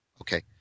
Okay